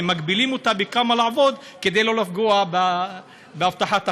כי מגבילים אותה כמה לעבוד כדי לא לפגוע בהבטחת הכנסה.